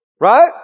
Right